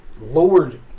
lowered